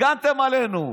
הגנתם עלינו.